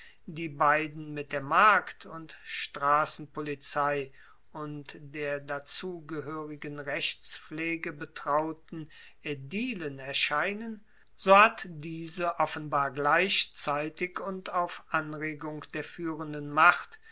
die beiden mit der markt und strassenpolizei und der dazu gehoerigen rechtspflege betrauten aedilen erscheinen so hat diese offenbar gleichzeitig und auf anregung der fuehrenden macht